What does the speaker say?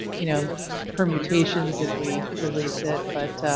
you know permutations if we release it, but